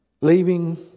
Leaving